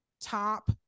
top